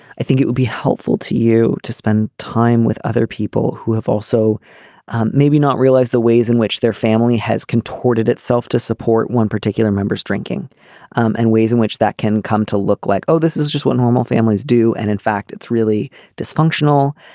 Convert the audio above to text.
think it would be helpful to you to spend time with other people who have also maybe not realized the ways in which their family has contorted itself to support one particular member's drinking and ways in which that can come to look like oh this is just what normal families do and in fact it's really dysfunctional.